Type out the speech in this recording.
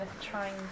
trying